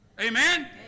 Amen